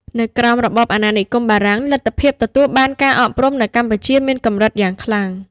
នៅក្រោមរបបអាណានិគមបារាំង លទ្ធភាពទទួលបានការអប់រំនៅកម្ពុជាមានកម្រិតយ៉ាងខ្លាំង។